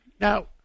Now